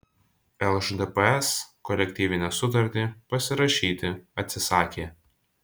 lšdps kolektyvinę sutartį pasirašyti atsisakė